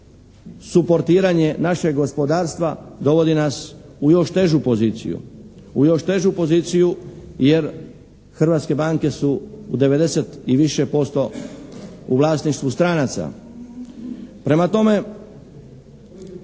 suportiranje našeg gospodarstva, dovodi nas u još težu poziciju. U još težu poziciju, jer hrvatske banke su u 90 i više posto u vlasništvu stranaca. Prema tome,